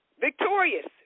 Victorious